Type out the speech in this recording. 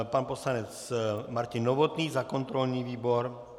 Pan poslanec Martin Novotný za kontrolní výbor.